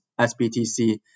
SBTC